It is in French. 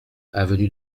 avenue